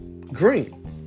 Green